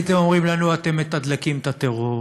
הייתם אומרים לנו: אתם מתדלקים את הטרור,